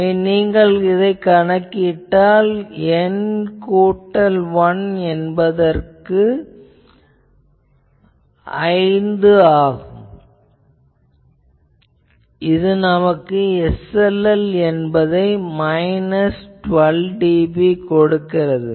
எனவே நீங்கள் கணக்கிட்டால் N கூட்டல் 1 என்பதற்கு 5 ஆகும் இது நமக்கு SLL என்பதை மைனஸ் 12dB கொடுக்கிறது